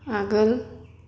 आगोल